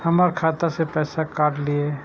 हमर खाता से पैसा काट लिए?